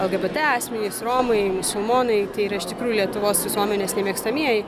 lgbt asmenys romai musulmonai tai yra iš tikrųjų lietuvos visuomenės nemėgstamieji